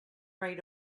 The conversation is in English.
right